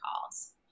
calls